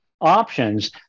options